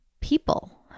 people